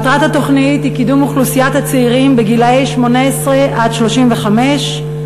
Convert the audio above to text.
מטרת התוכנית היא קידום אוכלוסיית הצעירים גילאי 18 35 למימוש